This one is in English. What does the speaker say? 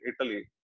Italy